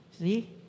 see